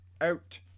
out